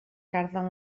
carden